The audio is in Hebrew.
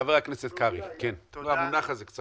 חבר הכנסת קרעי, בבקשה.